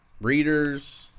readers